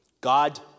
God